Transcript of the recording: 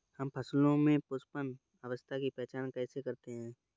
हम फसलों में पुष्पन अवस्था की पहचान कैसे करते हैं?